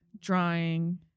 drawing